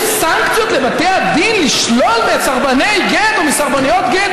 סנקציות לבתי הדין לשלול מסרבני גט או מסרבניות גט,